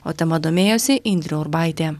o tema domėjosi indrė urbaitė